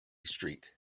street